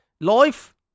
life